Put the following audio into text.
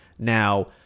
Now